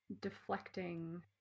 Deflecting